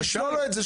שישלול לו את זה,